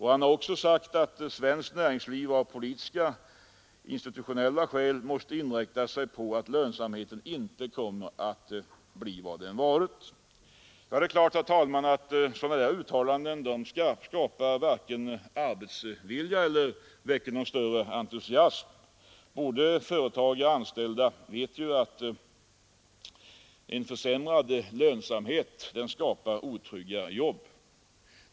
Han har också sagt att svenskt näringsliv av politiska och institutionella skäl måste inse att lönsamheten inte kommer att bli vad den har varit. Sådana uttalanden, herr talman, skapar varken arbetsvilja eller väcker någon större entusiasm. Både företagare och anställda vet att en försämrad lönsamhet skapar otrygga jobb.